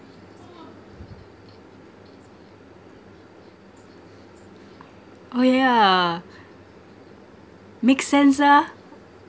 oh yeah makes sense ah